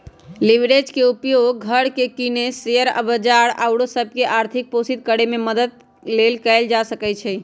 leverage के उपयोग घर किने, शेयर बजार आउरो सभ के आर्थिक पोषित करेमे मदद लेल कएल जा सकइ छै